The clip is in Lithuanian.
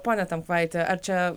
pone tamkvaiti ar čia